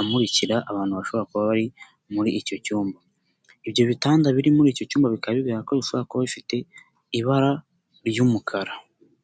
amurikira abantu bashobora kuba bari muri icyo cyumba, ibyo bitanda biri muri icyo cyumba bikaba bigaragara ko bishobora kuba bifite ibara ry'umukara.